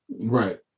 Right